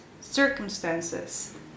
circumstances